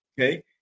okay